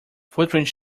footprints